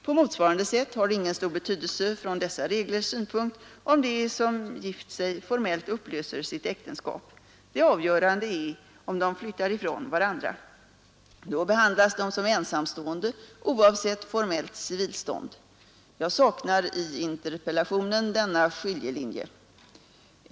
På motsvarande sätt har det ingen stor betydelse från dessa reglers synpunkt om de som gift sig formellt upplöser sitt äktenskap. Det avgörande är om de flyttar ifrån varandra. Då behandlas de som ensamstående oavsett formellt civilstånd. Jag saknar i interpellationen denna skiljelinje.